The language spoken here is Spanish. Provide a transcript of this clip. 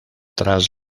tras